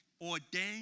ordained